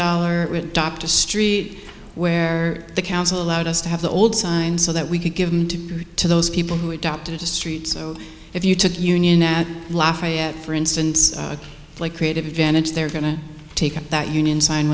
dollar street where the council allowed us to have the old sign so that we could give to those people who adopted the streets if you took union at lafayette for instance like creative vantage they're going to take up that union sign